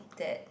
that